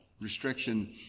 restriction